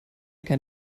kein